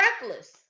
reckless